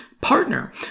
partner